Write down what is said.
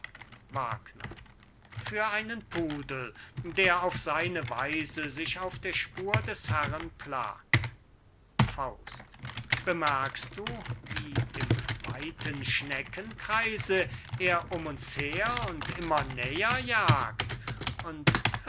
thier für einen pudel der auf seine weise sich auf der spur des herren plagt bemerkst du wie in weitem schneckenkreise er um uns her und immer näher jagt und